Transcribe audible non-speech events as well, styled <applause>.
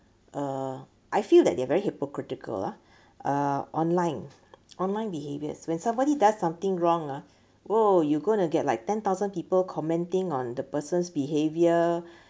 uh I feel that they are very hypocritical ah <breath> uh online online behaviours when somebody does something wrong ah !whoa! you going to get like ten thousand people commenting on the person's behaviour <breath>